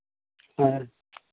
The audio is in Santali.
ᱦᱮᱸ